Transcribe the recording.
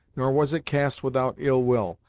nor was it cast without ill-will,